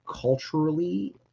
culturally